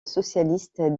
socialiste